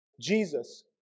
Jesus